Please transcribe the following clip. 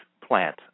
plant